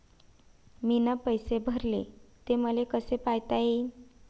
मीन पैसे भरले, ते मले कसे पायता येईन?